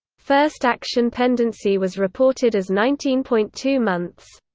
first action pendency was reported as nineteen point two months.